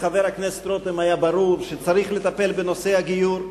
לחבר הכנסת רותם היה ברור שצריך לטפל בנושא הגיור.